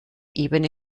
ebene